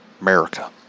America